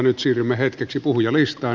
nyt siirrymme hetkeksi puhujalistaan